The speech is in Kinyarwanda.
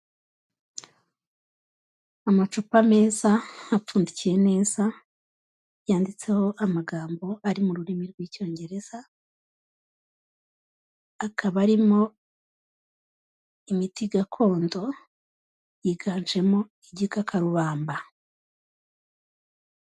Amacupa meza apfundikiye neza yanditseho amagambo ari mu rurimi rw'icyongereza akaba arimo imiti gakondo yiganjemo igikakarubamba.